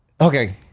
okay